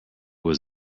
was